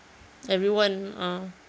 everyone ah